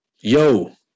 yo